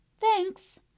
Thanks